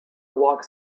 walks